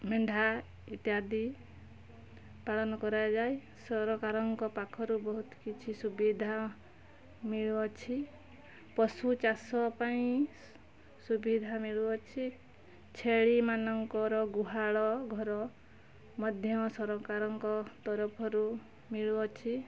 ମେଣ୍ଢା ଇତ୍ୟାଦି ପାଳନ କରାଯାଏ ସରକାରଙ୍କ ପାଖରୁ ବହୁତ କିଛି ସୁବିଧା ମିଳୁଅଛି ପଶୁଚାଷ ପାଇଁ ସୁବିଧା ମିଳୁଅଛି ଛେଳି ମାନଙ୍କର ଗୁହାଳ ଘର ମଧ୍ୟ ସରକାରଙ୍କ ତରଫରୁ ମିଳୁଅଛି